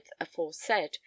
aforesaid